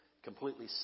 Completely